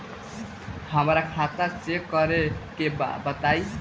हमरा खाता चेक करे के बा बताई?